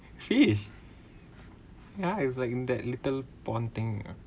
fish ya is like in that little prawn thing ah